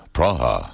Praha